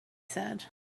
said